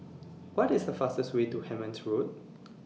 What IS The fastest Way to Hemmant Road